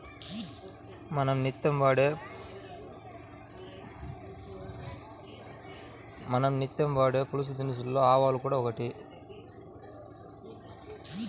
మనం నిత్యం వాడే పోపుదినుసులలో ఆవాలు కూడా ఒకటి